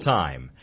time